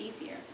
easier